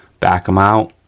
back them out,